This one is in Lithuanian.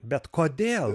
bet kodėl